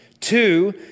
Two